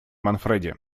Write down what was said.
манфреди